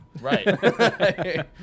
Right